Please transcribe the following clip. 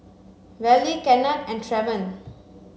Vallie Kennard and Travon